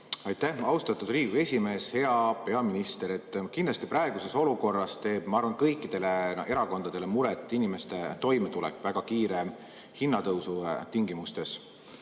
Aitäh, austatud Riigikogu esimees! Hea peaminister! Kindlasti praeguses olukorras teeb, ma arvan, kõikidele erakondadele muret inimeste toimetulek väga kiire hinnatõusu tingimustes.